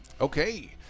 Okay